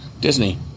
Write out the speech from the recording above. Disney